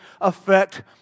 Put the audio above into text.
affect